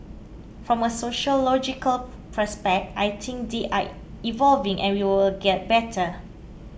from a sociological perspective I think they are evolving and we will get better